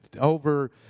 over